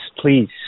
Please